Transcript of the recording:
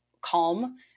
calm